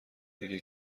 دیگه